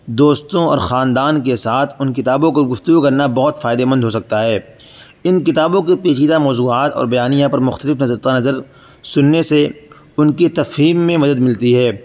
دوستوں اور خاندان کے ساتھ ان کتابوں کو گفتگو کرنا بہت فائدے مند ہو سکتا ہے ان کتابوں کے پیچیدہ موضوعات اور بیانیہ پر مختلف نظر نقطہ نظر سننے سے ان کی تفہیم میں مدد ملتی ہے